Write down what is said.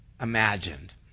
imagined